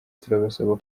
turabasaba